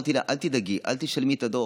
אמרתי לה: אל תדאגי, אל תשלמי את הדוח.